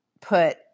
put